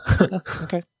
Okay